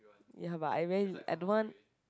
ya but I very I don't want